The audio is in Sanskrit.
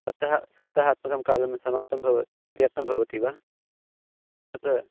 सप्तः सप्ताहात्मकं कालं समाप्तं भव त्यक्तं भवति वा तत्